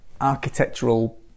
architectural